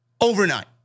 overnight